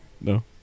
no